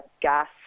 gas